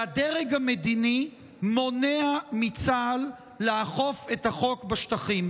והדרג המדיני מונע מצה"ל לאכוף את החוק בשטחים.